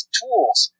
tools